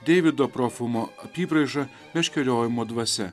deivido profumo apybraižą meškeriojimo dvasia